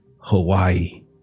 Hawaii